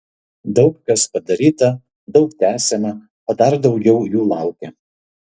daug kas padaryta daug tęsiama o dar daugiau jų laukia